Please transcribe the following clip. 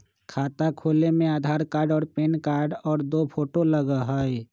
खाता खोले में आधार कार्ड और पेन कार्ड और दो फोटो लगहई?